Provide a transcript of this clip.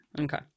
okay